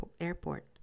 airport